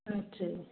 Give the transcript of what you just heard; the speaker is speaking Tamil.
ம் சரி